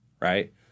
right